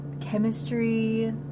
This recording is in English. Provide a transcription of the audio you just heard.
chemistry